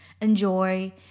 enjoy